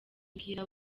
mbwira